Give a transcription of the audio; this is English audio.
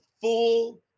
full